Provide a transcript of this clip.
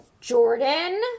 Jordan